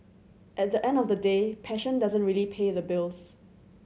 at the end of the day passion doesn't really pay the bills